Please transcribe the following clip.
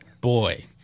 Boy